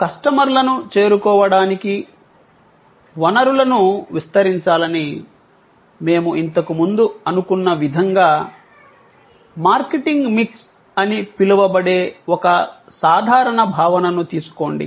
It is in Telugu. కస్టమర్లను చేరుకోవటానికి వనరులను విస్తరించాలని మేము ఇంతకుముందు అనుకున్న విధంగా మార్కెటింగ్ మిక్స్ అని పిలువబడే ఒక సాధారణ భావనను తీసుకోండి